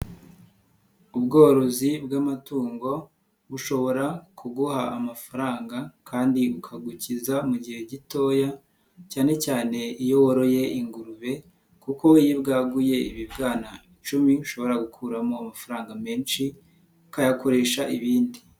Ubworozi bw'amatungo bushobora kuguha amafaranga kandi ukagukiza mu gihe gitoya cyane cyane iyo woroye ingurube kuko iyo bwaguye ibibwana icumi, ushobora gukuramo amafaranga menshi ukayakoresha ibindi.